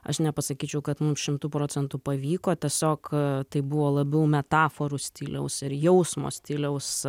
aš nepasakyčiau kad mums šimtu procentų pavyko tiesiog tai buvo labiau metaforų stiliaus ir jausmo stiliaus